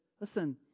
listen